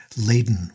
laden